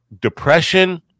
depression